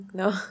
no